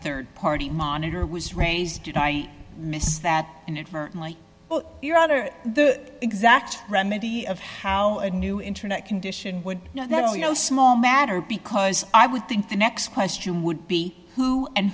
a rd party monitor was raised did i miss that inadvertently you're under the exact remedy of how a new internet condition would not only no small matter because i would think the next question would be who and